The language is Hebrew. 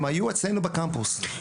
הם היו אצלנו בקמפוס.